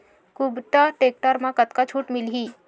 कुबटा टेक्टर म कतका छूट मिलही?